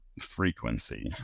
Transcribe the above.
frequency